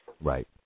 Right